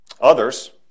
Others